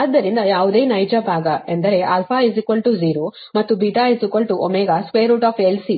ಆದ್ದರಿಂದ ಯಾವುದೇ ನೈಜ ಭಾಗ ಎಂದರೆα0 ಮತ್ತು βω LC